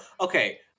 okay